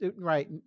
right